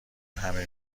همه